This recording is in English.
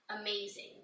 Amazing